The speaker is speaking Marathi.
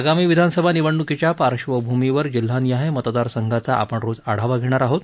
आगामी विधानसभा निवडणुकीच्या पार्श्वभूमीवर जिल्हानिहाय मतदार संघांचा आपण रोज आढावा घेणार आहोत